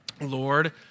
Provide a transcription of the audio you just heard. Lord